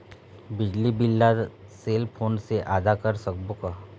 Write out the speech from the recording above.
बिजली बिल ला cell phone से आदा कर सकबो का?